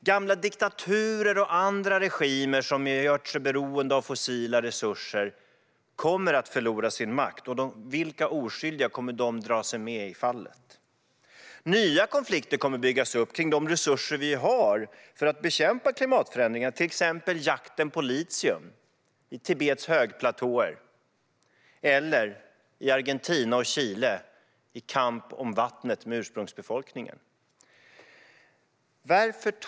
Gamla diktaturer och andra regimer som gjort sig beroende av fossila resurser kommer att förlora sin makt, och vilka oskyldiga kommer de att dra med sig i fallet? Nya konflikter kommer att byggas upp kring de resurser vi har för att bekämpa klimatförändringarna. Det handlar till exempel om jakten på litium på Tibets högplatåer och kampen om vattnet med ursprungsbefolkningen i Argentina och Chile.